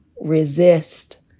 resist